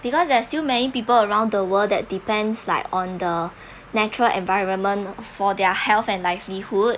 because there's still many people around the world that depends like on the natural environment for their health and livelihood